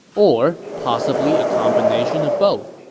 or possibly a combination of both.